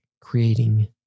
creating